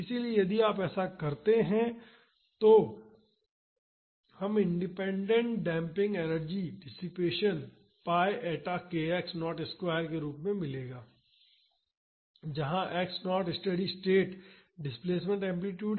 इसलिए यदि आप ऐसा करते हैं तो हम independent damping energy dissipation pi eta k x naught square के रूप में मिलेगा जहाँ x naught steady state displacement amplitude है